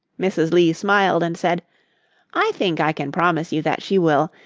mrs. lee smiled and said i think i can promise you that she will.